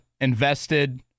invested